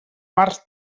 març